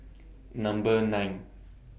Number nine